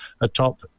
atop